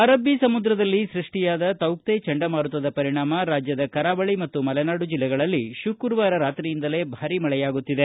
ಅರಬ್ಬಿ ಸಮುದ್ರದಲ್ಲಿ ಸೃಷ್ಟಿಯಾದ ತೌಕ್ತೆ ಚಂಡಮಾರುತದ ಪರಿಣಾಮ ರಾಜ್ಯದ ಕರಾವಳಿ ಮತ್ತು ಮಲೆನಾಡು ಜಿಲ್ಲೆಗಳಲ್ಲಿ ಶುಕ್ರವಾರ ರಾತ್ರಿಯಿಂದ ಭಾರೀ ಮಳೆಯಾಗುತ್ತಿದೆ